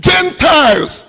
Gentiles